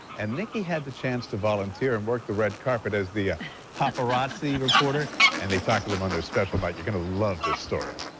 and nikki had the chance to volunteer and work the red carpet as the paparazzi reporter and they talked to them on their special night. you're going to love this story.